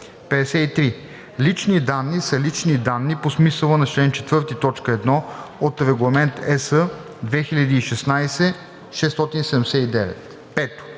53. „Лични данни“ са лични данни по смисъла на чл. 4, т. 1 от Регламент (ЕС) 2016/679.“